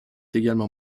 également